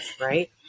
Right